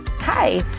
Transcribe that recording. Hi